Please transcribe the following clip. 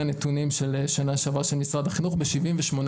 הנתונים של שנה שעברה של משרד החינוך ב-78%,